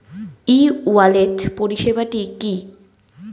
ই wallet পরিষেবাটি কি?